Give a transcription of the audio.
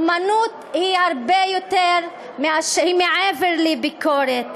אמנות היא מעבר לביקורת.